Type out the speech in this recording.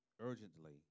urgently